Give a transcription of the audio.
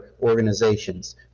organizations